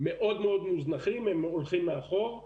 מאוד מוזנחים ונשארים מאחור.